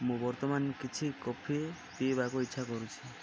ମୁଁ ବର୍ତ୍ତମାନ କିଛି କଫି ପିଇବାକୁ ଇଚ୍ଛା କରୁଛି